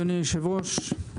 אדוני היושב ראש,